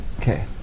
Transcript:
Okay